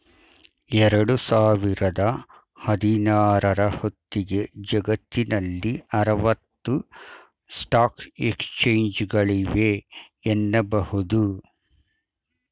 ಎರಡು ಸಾವಿರದ ಹದಿನಾರ ರ ಹೊತ್ತಿಗೆ ಜಗತ್ತಿನಲ್ಲಿ ಆರವತ್ತು ಸ್ಟಾಕ್ ಎಕ್ಸ್ಚೇಂಜ್ಗಳಿವೆ ಎನ್ನುಬಹುದು